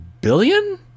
billion